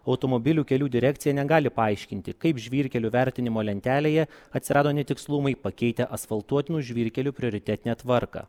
automobilių kelių direkcija negali paaiškinti kaip žvyrkelių vertinimo lentelėje atsirado netikslumai pakeitę asfaltuotinų žvyrkelių prioritetinę tvarką